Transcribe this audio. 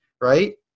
right